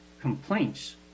complaints